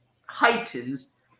heightens